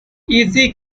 easy